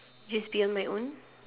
just be on my own